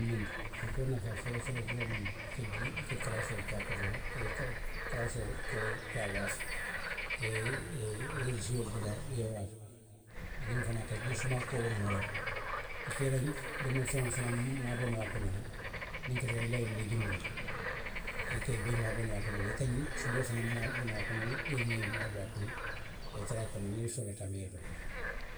Firigoo nafaa foloo foloo foloo mu miŋ ti, i ka jii, i ka kalaasoo ke a kono le ee i ka kalaasoo ke a kono le i ye a waafi., i ye jiolu dadaa i ye a waafi. Aniŋ fanaŋ a ka jii sumaa kuo bo moo la le; i ke i la domofeŋolu fanaŋ maaboo la noo a kono le miŋ keta i la ňiŋ leegumoolu ti. A ka ňiŋ maaboo noo a kono le. I ka suboo fanaŋ maaboo noo a kono, i ye ňee maaboo a kono. I ye tara a kono, niŋ i soolata miŋ na i ye i domo.